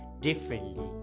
differently